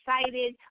excited